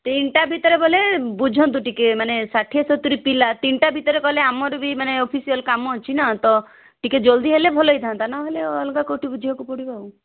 ତିନିଟା ଭିତରେ ବୋଲେ ବୁଝନ୍ତୁ ମାନେ ଷାଠିଏ ସତୁରି ପିଲା ତିନିଟା ଭିତରେ କଲେ ଆମର ବି ମାନେ ଅଫିସିଆଲ କାମ ଅଛି ନା ତ ଟିକିଏ ଜଲ୍ଦି ହେଲେ ଭଲ ହେଇଥାନ୍ତା ନହେଲେ ଅଲଗା କେଉଁଠି ବୁଝିବାକୁ ପଡ଼ିବ ଆଉ